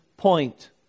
point